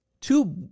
two